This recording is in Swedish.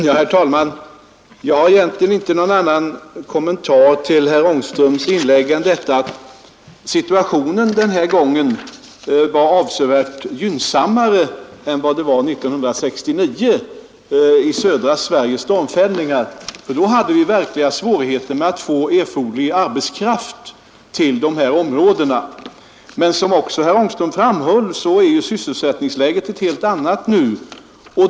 Herr talman! Jag har egentligen inte nagon annan kommentar till herr Angströms inlägg än att situationen den här gången är avsevärt gynnsammare än vad den var år 1969 vid stormfällningarna i södra Sverige. Då hade vi verkliga svårigheter att få erforderlig arbetskraft till dessa områden. Men som ocksa herr Angström framhäller är sysselsättningsläget ett helt annat nu.